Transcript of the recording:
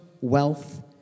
wealth